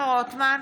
רוטמן,